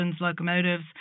locomotives